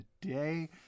today